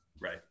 Right